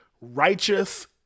Righteous